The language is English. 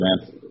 man